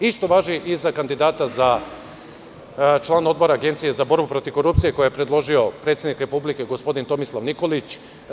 Isto važi i za kandidata za člana Odbora Agencije za borbu protiv korupcije koju je predložio predsednik Republike, gospodin Tomislav Nikolić.